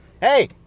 Hey